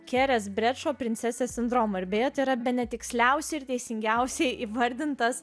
princesės sindromą ir beje tai yra bene tiksliausiai ir teisingiausiai įvardintas